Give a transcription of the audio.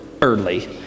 early